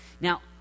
Now